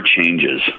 changes